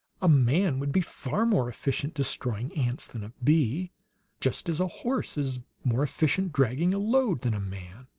a man would be far more efficient, destroying ants, than a bee just as a horse is more efficient, dragging a load, than a man.